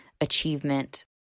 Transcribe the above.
achievement